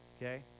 Okay